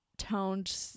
toned